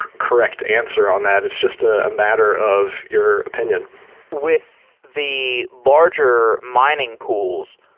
correct answer on that. it's just a matter of your opinion with the larger mining pools,